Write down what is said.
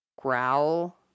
growl